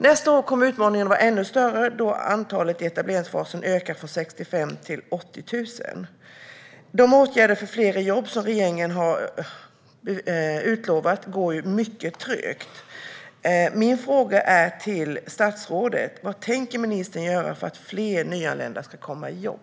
Nästa år kommer utmaningen att vara ännu större då antalet i etableringsfasen ökar från 65 000 till 80 000. De åtgärder för fler i jobb som regeringen har utlovat går mycket trögt. Vad tänker ministern göra för att fler nyanlända ska komma i jobb?